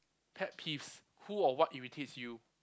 pet peeves who or what irritates you